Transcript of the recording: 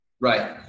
Right